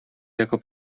jako